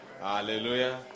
Hallelujah